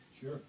Sure